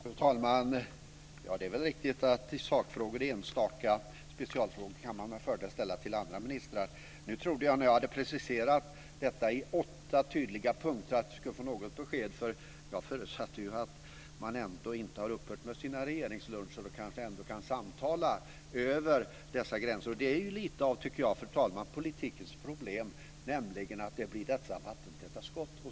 Fru talman! Det är väl riktigt att man i olika sakfrågor med fördel kan ställa enstaka specialfrågor till andra ministrar. När jag hade preciserat frågan i åtta tydliga punkter trodde jag att jag skulle få något besked. Jag förutsatte att ministrarna inte hade upphört med sina regeringsluncher och kanske kunde samtala över dessa gränser. Fru talman! Det är lite av politikens problem att det blir vattentäta skott.